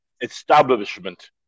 establishment